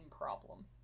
problem